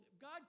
God